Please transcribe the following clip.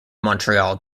montreal